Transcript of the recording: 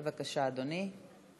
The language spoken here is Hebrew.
בבקשה, אדוני.